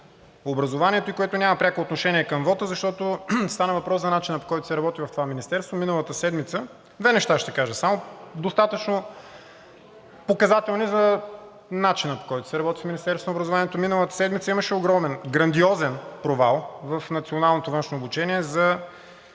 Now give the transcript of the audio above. на образованието и което няма пряко отношение към вота, защото стана въпрос за начина, по който се работи в това министерство. Две неща ще кажа само достатъчно показателни за начина, по който се работи в Министерството на образованието. Миналата седмица имаше огромен, грандиозен провал в Националното външно обучение за